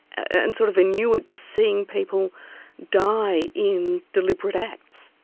and sort of inured to, seeing people die in deliberate acts?